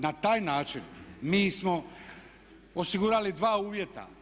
Na taj način mi smo osigurali dva uvjeta.